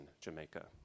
Jamaica